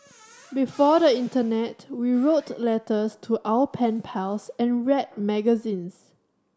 before the internet we wrote letters to our pen pals and read magazines